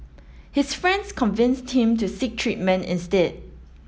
his friends convinced him to seek treatment instead